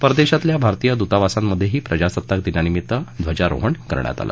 परदेशातल्या भारतीय दूतावासांमधेही प्रजासत्ताक दिनानिमित्त ध्वजारोहण करण्यात आलं